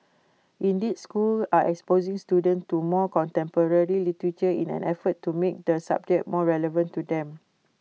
indeed schools are exposing students to more contemporary literature in an effort to make the subject more relevant to them